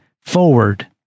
forward